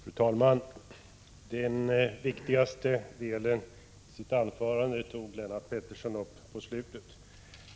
Fru talman! Det viktigaste som Lennart Pettersson tog uppi sitt anförande kom på slutet.